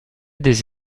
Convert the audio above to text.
des